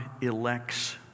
elects